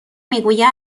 میگوید